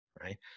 right